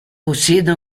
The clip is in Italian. possiede